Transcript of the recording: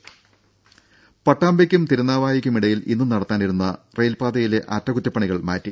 രും പട്ടാമ്പിക്കും തിരുനാവായക്കുമിടയിൽ ഇന്നു നടത്താനിരുന്ന റെയിൽപ്പാതയിലെ അറ്റക്കുറ്റപ്പണികൾ മാറ്റി